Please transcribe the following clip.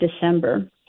December